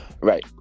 Right